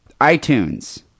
iTunes